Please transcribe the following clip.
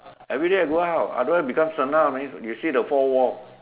everyday I go out otherwise become senile man you see the four wall